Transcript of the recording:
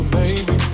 baby